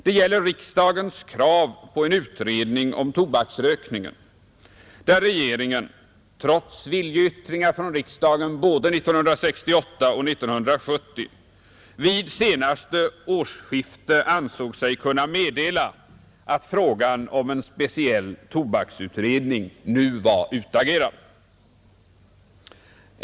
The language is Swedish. Det gäller riksdagens krav på en utredning om rökningen, där regeringen trots viljeyttringar från riksdagen både 1968 och 1970 vid senaste årsskiftet ansåg sig kunna meddela att frågan om en speciell tobaksutredning nu var utagerad.